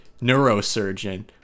neurosurgeon